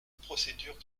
procédures